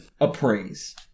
Appraise